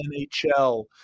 NHL